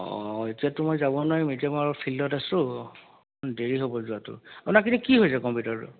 অঁ এতিয়াতো মই যাব নোৱাৰিম এতিয়া মই অলপ ফিল্ডত আছোঁ দেৰি হ'ব যোৱাটো আপোনাৰ কি কি হৈছে কম্পিউটাৰটো